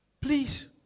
Please